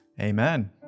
Amen